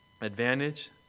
advantage